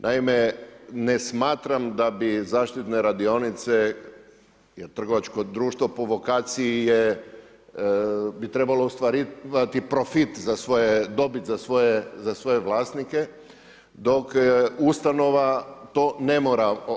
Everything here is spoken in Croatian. Naime, ne smatram da bi zaštitne radionice trgovačko društvo, po vokaciji je bi trebalo ostvarivati profit za svoje dobit, za svoje vlasnike, dok ustanova to ne mora.